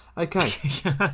Okay